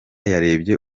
yarebye